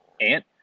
Ant